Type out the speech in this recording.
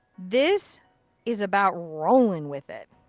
this is about rolling with it.